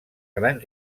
gran